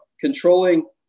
controlling